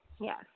Yes